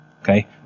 Okay